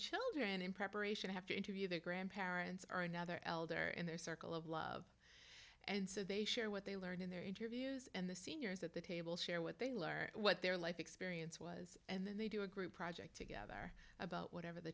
children in preparation have to interview their grandparents are another elder in their circle of love and so they share what they learn in their interviews and the seniors at the table share what they learn what their life experience was and then they do a group project together about whatever the